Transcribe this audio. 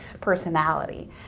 personality